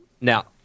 Now